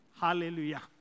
Hallelujah